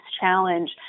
challenge